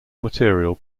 material